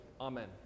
Amen